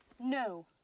No